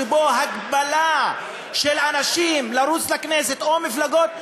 שבו הגבלה של אנשים לרוץ לכנסת או מפלגות,